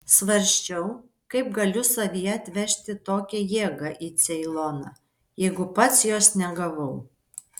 svarsčiau kaip galiu savyje atvežti tokią jėgą į ceiloną jeigu pats jos negavau